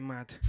Mad